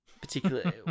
Particularly